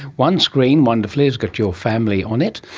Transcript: one screen wonderfully has got your family on it,